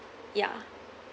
ya